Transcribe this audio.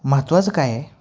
महत्त्वाचं काय आहे